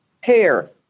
hair